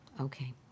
okay